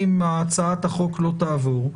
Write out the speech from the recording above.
אם הצעת החוק לא תעבור,